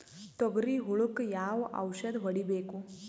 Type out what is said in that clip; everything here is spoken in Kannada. ತೊಗರಿ ಹುಳಕ ಯಾವ ಔಷಧಿ ಹೋಡಿಬೇಕು?